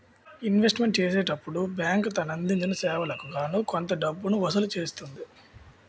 investment చేసినప్పుడు bank తను అందించిన సేవలకు గాను కొంత డబ్బును వసూలు చేస్తుంది